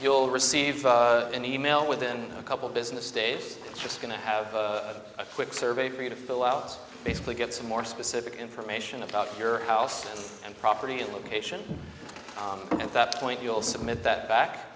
you'll receive an e mail within a couple business days it's just going to have a quick survey for you to fill out basically get some more specific information about your house and property location at that point you'll submit that back